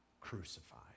crucified